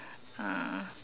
uh